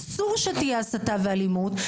אסור שתהיה הסתה ואלימות.